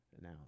now